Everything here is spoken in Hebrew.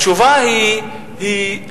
התשובה היא לא.